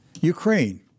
Ukraine